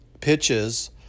pitches